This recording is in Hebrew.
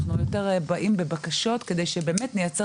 אנחנו יותר באים בבקשות כדי שבאמת נייצר